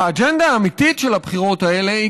האג'נדה האמיתית של הבחירות האלה היא,